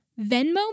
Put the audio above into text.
Venmo